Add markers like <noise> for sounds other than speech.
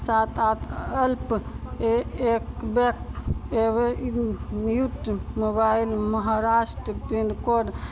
सात आठ अल्प ए एक <unintelligible> एबय mute mobile Maharashtra pin code